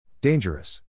Dangerous